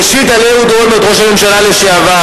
ראשית על אהוד אולמרט, ראש הממשלה לשעבר: